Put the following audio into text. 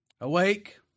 Awake